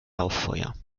lauffeuer